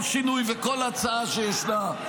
ואתה ממשיך ומצביע נגד כל שינוי וכל הצעה שישנה.